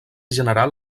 general